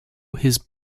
his